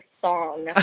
song